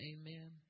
Amen